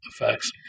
effects